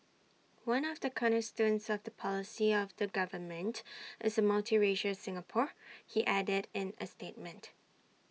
one of the cornerstones of the policy of the government is A multiracial Singapore he added in A statement